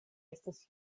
estas